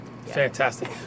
Fantastic